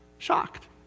shocked